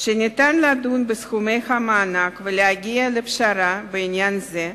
שניתן לדון בסכומי המענק ולהגיע לפשרה בעניין זה.